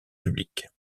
public